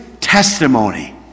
testimony